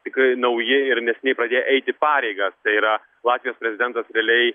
tikrai nauji ir neseniai pradėję eiti pareigas tai yra latvijos prezidentas realiai